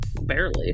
Barely